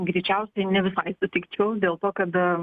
greičiausiai ne visai sutikčiau dėl to kad